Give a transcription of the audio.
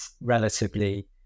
relatively